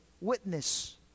witness